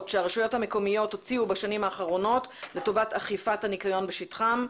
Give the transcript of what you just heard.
שהרשויות המקומיות הוציאו בשנים האחרונות לטובת אכיפת הניקיון בשטחן.